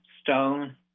stone